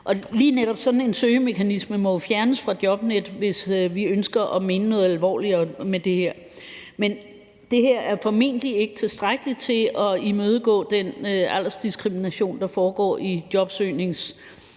lige netop sådan en søgemekanisme må jo fjernes fra jobnet, hvis vi ønsker at mene noget alvorligere med det her. Men det her er formentlig ikke tilstrækkeligt til at imødegå den aldersdiskrimination, der foregår i jobsøgningssammenhæng,